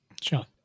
Sure